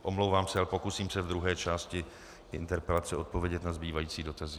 Omlouvám se, ale pokusím se v druhé části interpelace odpovědět na zbývající dotazy.